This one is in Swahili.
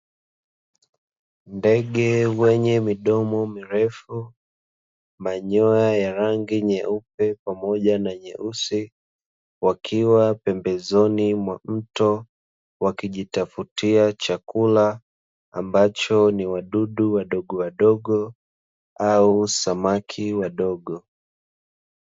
Ndege wenye midomo mirefu, manyoya ya rangi nyeupe, pamoja na nyeusi, wakiwa pembezoni mwa mto, wakijitafutia chakula ambacho ni wadudu wadogowadogo au samaki wadogo.